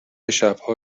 شبها